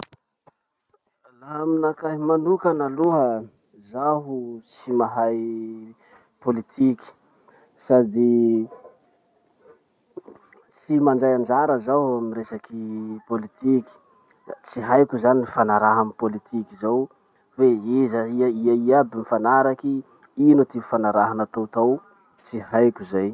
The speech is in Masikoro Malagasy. Laha aminakahy manokana aloha, zaho tsy mahay politiky sady tsy mandray anjara zaho amy resaky politiky. Ka tsy haiko zany nifanaraha amy politiky zao hoe iza i- ia ia iaby mifanaraky, ino ty ifanaraha natao tao. Tsy haiko zay.